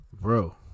bro